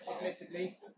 admittedly